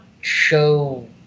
show